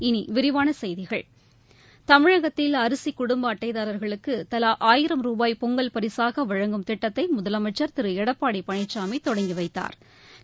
இனி விரிவான செய்திகள் தமிழகத்தில் அரிசி குடும்ப அட்டைதாரர்களுக்கு தலா ஆயிரம் ரூபாய் பொங்கல் பரிசாக வழங்கும் திட்டத்தை முதலமைச்சர் திரு எடப்பாடி பழனிசாமி தொடங்கி வைத்தாா்